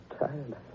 tired